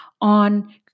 on